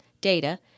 data